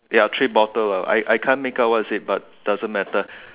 ya I three bottle ah I I can't make out what it is but doesn't matter